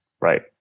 right